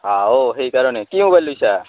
অঁ অ' সেইকাৰণে কি মোবাইল লৈছা